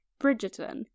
bridgerton